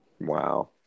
Wow